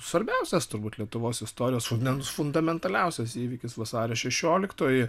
svarbiausias turbūt lietuvos istorijos vaidmens fundamentaliausias įvykis vasario šešioliktoji